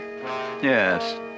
Yes